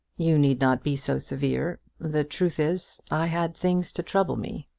you need not be so severe. the truth is i had things to trouble me.